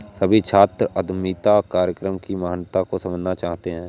सभी छात्र उद्यमिता कार्यक्रम की महत्ता को समझना चाहते हैं